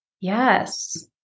Yes